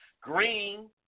Green